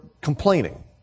complaining